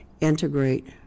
integrate